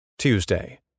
Tuesday